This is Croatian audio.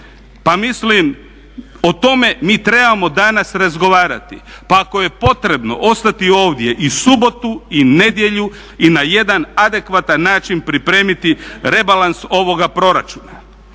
Pa mislim o tome mi trebamo danas razgovarati, pa ako je potrebno ostati ovdje i subotu i nedjelju i na jedan adekvatan način pripremiti rebalans ovoga proračuna.